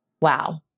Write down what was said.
wow